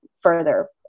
further